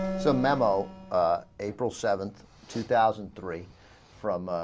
from them all april seventh two thousand three from